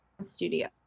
studio